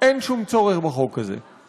אין שום צורך בחוק הזה.